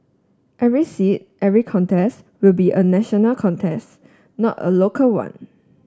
every seat every contest will be a national contest not a local one